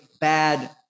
bad